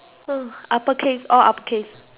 upper case all upper case